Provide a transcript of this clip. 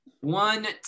one